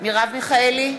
מרב מיכאלי,